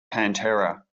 pantera